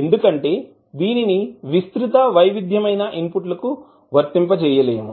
ఎందుకంటే దీనిని విస్తృత వైవిధ్యమైన ఇన్పుట్ లకు వర్తింపజేయలేము